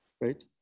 right